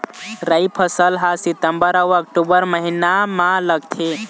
राई फसल हा सितंबर अऊ अक्टूबर महीना मा लगथे